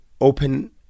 open